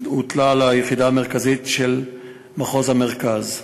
הוטלה על היחידה המרכזית של מחוז המרכז.